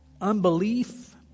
unbelief